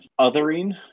othering